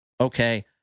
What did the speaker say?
okay